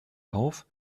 auf